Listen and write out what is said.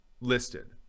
listed